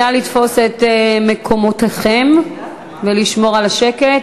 נא לתפוס את מקומותיכם ולשמור על השקט.